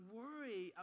worry